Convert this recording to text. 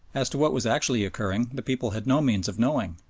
as to what was actually occurring the people had no means of knowing,